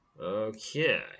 Okay